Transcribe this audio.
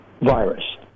virus